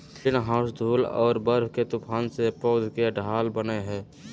greenhouse धूल आर बर्फ के तूफान से पौध के ढाल बनय हइ